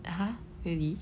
!huh! really